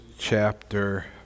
chapter